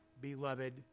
beloved